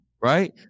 right